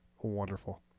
wonderful